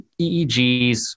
EEGs